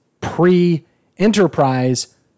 pre-Enterprise